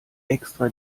extra